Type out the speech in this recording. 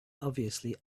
obviously